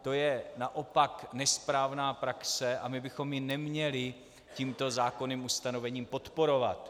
To je naopak nesprávná praxe a my bychom ji neměli tímto zákonným ustanovením podporovat.